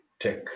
tech